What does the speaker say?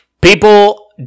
people